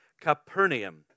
Capernaum